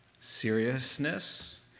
seriousness